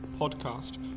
podcast